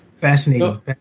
Fascinating